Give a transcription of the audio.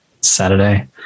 Saturday